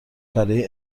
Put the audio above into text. برای